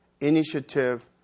initiative